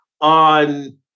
on